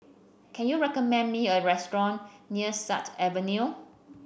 can you recommend me a restaurant near Sut Avenue